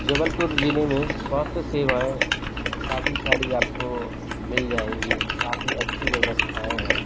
जबलपुर ज़िले में स्वास्थ्य सेवाएँ काफ़ी सारी आपको मिल जाएंँगी काफ़ी अच्छी व्यवस्थाएँ हैं